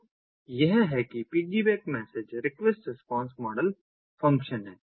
तो यह है कि piggyback message request response model function है